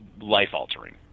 Life-altering